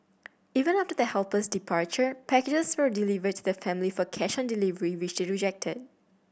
even after the helper's departure packages were delivered to the family for cash on delivery which they rejected